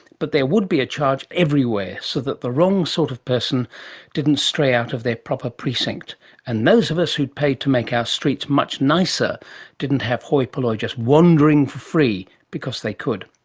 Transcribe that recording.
but there would be a charge everywhere, so that the wrong sort of person didn't stray out of their proper precinct and those of us who'd paid to make our streets much nicer didn't have hoi polloi just wandering for free because they could.